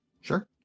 Sure